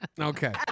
Okay